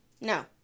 No